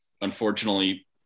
unfortunately